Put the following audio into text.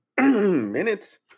minutes